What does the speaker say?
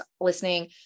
listening